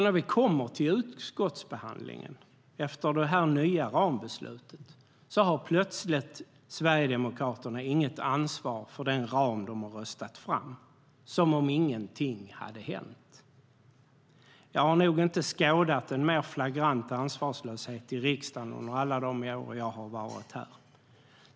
När vi kommer till utskottsbehandlingen efter det nya rambeslutet har Sverigedemokraterna plötsligt inget ansvar för den ram de röstat fram - som om inget hade hänt. Jag har nog inte skådat en mer flagrant ansvarslöshet i riksdagen under alla de år jag varit här.